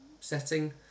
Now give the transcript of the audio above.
setting